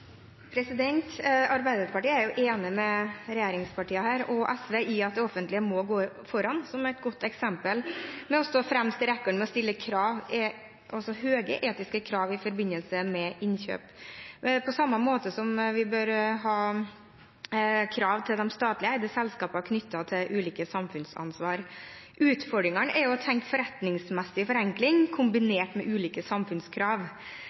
Arbeiderpartiet er enig med regjeringspartiene og SV i at det offentlige må gå foran som et godt eksempel ved å stå fremst i rekkene og stille høye etiske krav i forbindelse med innkjøp, på samme måte som vi bør ha krav til de statlig eide selskapene knyttet til ulike samfunnsansvar. Utfordringen er å tenke forretningsmessig forenkling kombinert med ulike samfunnskrav.